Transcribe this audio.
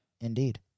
Indeed